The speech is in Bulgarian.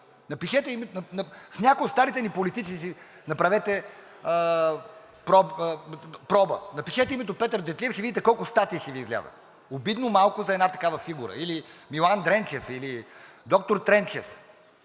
С някои от старите ни политици си направете проба – напишете името Петър Дертлиев и ще видите колко статии ще Ви излязат. Обидно малко за една такава фигура, или Милан Дренчев, или доктор Тренчев.